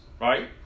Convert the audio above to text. Right